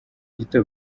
gito